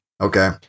Okay